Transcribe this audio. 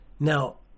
Now